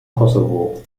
kosovo